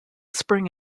spring